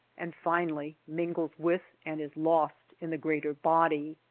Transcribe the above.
and finally mingles with and is lost in the greater body.